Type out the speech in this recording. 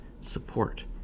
support